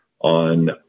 on